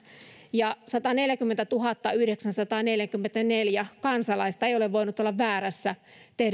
sataneljäkymmentätuhattayhdeksänsataaneljäkymmentäneljä kansalaista ei ole voinut olla väärässä